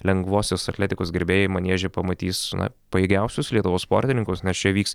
lengvosios atletikos gerbėjai manieže pamatys na pajėgiausius lietuvos sportininkus nes čia vyks